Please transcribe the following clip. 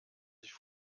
sich